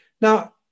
now